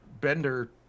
Bender